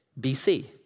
BC